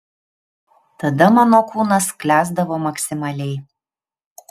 tada mano kūnas sklęsdavo maksimaliai